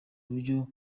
buryo